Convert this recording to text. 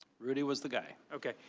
rudy was the guy. okay.